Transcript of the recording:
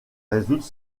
résoudre